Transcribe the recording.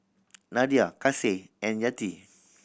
Nadia Kasih and Yati